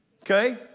Okay